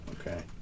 Okay